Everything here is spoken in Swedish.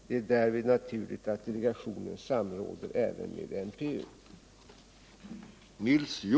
Det är därvid naturligt att delegationen samråder även med MPU.